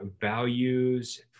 values